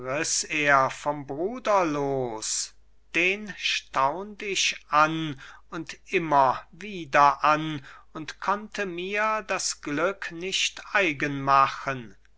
vom bruder los den staunt ich an und immer wieder an und konnte mir das glück nicht eigen machen